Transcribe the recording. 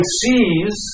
sees